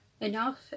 Enough